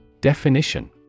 Definition